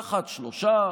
באחת, שלושה,